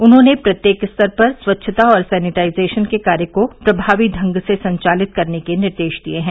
उन्होंने प्रत्येक स्तर पर स्वच्छता और सैनिटाइजेशन के कार्य को प्रभावी ढंग से संचालित करने के निर्देश दिए हैं